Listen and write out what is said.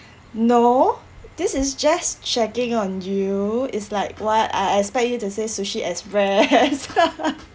no this is just checking on you it's like what I expect you to say sushi express